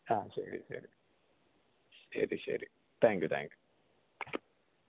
ആ ശരി ശരി ശരി ശരി താങ്ക് യൂ താങ്ക് യൂ